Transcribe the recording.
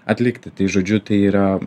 atlikti tai žodžiu tai yra